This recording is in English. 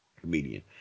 comedian